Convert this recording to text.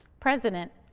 president